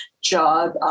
job